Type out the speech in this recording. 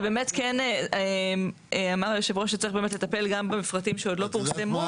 כן אמר היושב-ראש שצריך באמת לטפל גם במפרטים שעוד לא פורסמו.